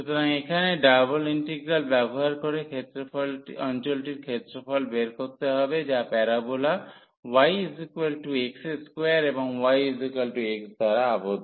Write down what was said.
সুতরাং এখানে double integral ব্যবহার করে অঞ্চলটির ক্ষেত্রফল বের করতে হবে যা প্যারাবোলা yx2 এবং yx দ্বারা আবদ্ধ